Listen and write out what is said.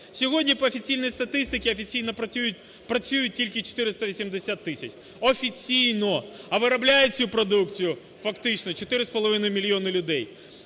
Сьогодні по офіційній статистиці офіційно працюють тільки 480 тисяч, офіційно, а вироблять цю продукцію фактично чотири